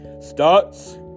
starts